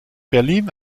berlin